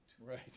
Right